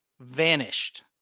vanished